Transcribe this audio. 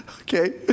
Okay